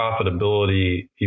profitability